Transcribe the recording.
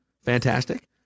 fantastic